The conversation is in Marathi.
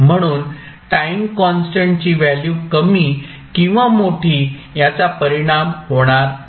म्हणून टाईम कॉन्स्टंटची व्हॅल्यू कमी किंवा मोठी याचा परिणाम होणार नाही